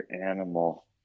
animal